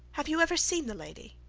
have you ever seen the lady?